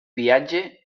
viatge